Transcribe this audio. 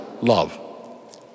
love